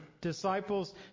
disciples